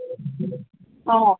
অঁ